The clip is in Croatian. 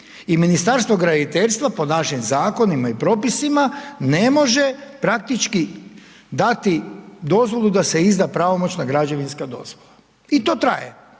i Ministarstvo graditeljstva po našem Zakonima i propisima ne može praktički dati dozvolu da se izda pravomoćna građevinska dozvola. I to traje.